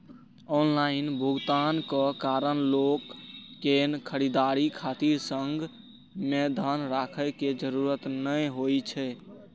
online भुगतानक कारण लोक कें खरीदारी खातिर संग मे धन राखै के जरूरत नै होइ छै